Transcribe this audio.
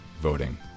voting